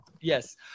Yes